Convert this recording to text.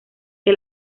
que